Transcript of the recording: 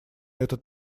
этот